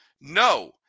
No